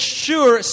sure